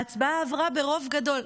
ההצבעה עברה ברוב גדול.